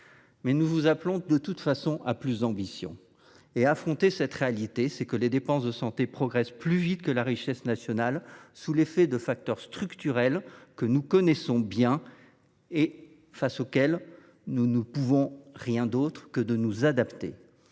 Nous vous appelons toutefois à plus d’ambition et à affronter la réalité : les dépenses de santé progressent plus vite que la richesse nationale sous l’effet de facteurs structurels que nous connaissons bien et auxquels nous n’avons d’autre choix que de nous adapter.